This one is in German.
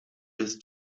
ist